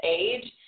age